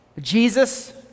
Jesus